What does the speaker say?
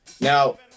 Now